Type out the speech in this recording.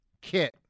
Kit